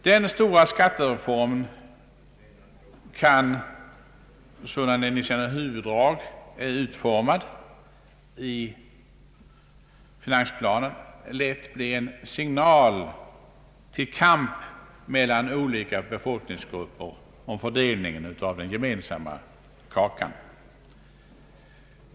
Den stora skattereformen sådan den i sina huvuddrag är utformad i finansplanen kan lätt bli en signal till kamp mellan olika befolkningsgrupper om fördelningen av den gemensamma kakan.